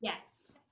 Yes